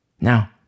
Now